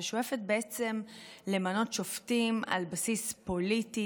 ששואפת בעצם למנות שופטים על בסיס פוליטי